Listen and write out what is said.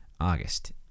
August